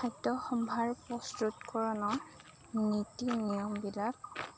খাদ্য সম্ভাৰ প্ৰস্তুতকৰণৰ নীতি নিয়মবিলাক